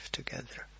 together